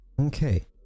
okay